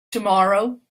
tomorrow